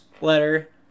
letter